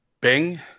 Bing